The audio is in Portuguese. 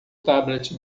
tablet